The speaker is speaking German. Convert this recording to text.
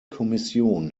kommission